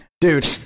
dude